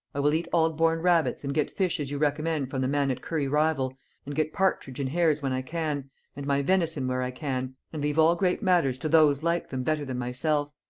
i will eat aldborne rabbits, and get fish as you recommend from the man at curry-rival and get partridge and hares when i can and my venison where i can and leave all great matters to those like them better than myself.